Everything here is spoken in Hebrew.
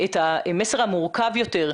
את המסר המורכב יותר,